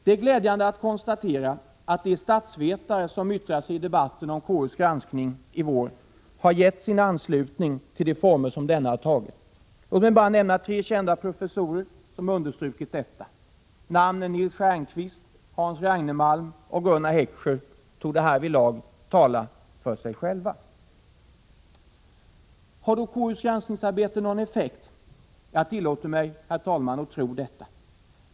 Det är glädjande att konstatera att de statsvetare som yttrat sig i debatten om KU:s granskning i vår har gett sin anslutning till de former som denna har tagit. Låt mig bara nämna tre kända professorer som understrukit detta. Namnen Nils Stjernquist, Hans Ragnemalm och Gunnar Heckscher torde härvidlag tala för sig själva. Har då KU:s granskningsarbete någon effekt? Jag tillåter mig, herr talman, att tro det.